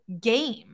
game